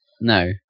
no